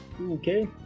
Okay